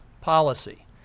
policy